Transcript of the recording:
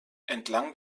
entlang